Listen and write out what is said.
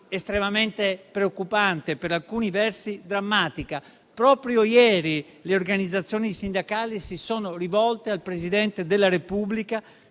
estremamente preoccupante e, per alcuni versi, drammatica. Proprio ieri le organizzazioni sindacali si sono rivolte al Presidente della Repubblica